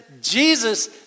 Jesus